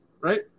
right